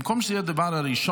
במקום שזה יהיה הדבר הראשון,